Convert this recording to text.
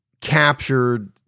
captured